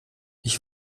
ich